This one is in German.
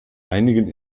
einigen